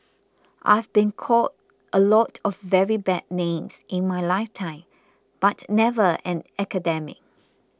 I've been called a lot of very bad names in my lifetime but never an academic